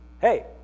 hey